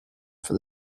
for